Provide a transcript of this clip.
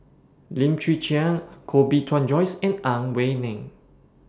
Lim Chwee Chian Koh Bee Tuan Joyce and Ang Wei Neng